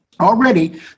Already